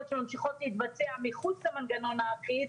שממשיכות להתבצע מחוץ למנגנון האחיד,